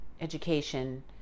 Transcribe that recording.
education